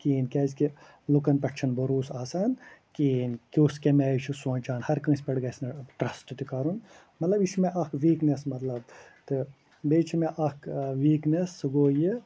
کِہیٖںی کیٛازِ لُکن پٮ۪ٹھ چھِنہٕ بروسہٕ آسان کِہیٖنۍ کُس کمہِ آیہِ چھُ سونٛچان ہر کٲنٛسہِ پٮ۪ٹھ گَژھِ نہٕ ٹرٛسٹ تہِ کَرُن مطلب یہِ چھُ مےٚ اکھ ویٖکنٮ۪س تہٕ بیٚیہِ چھِ مےٚ اکھ ویٖکنٮ۪س سُہ گوٚو یہِ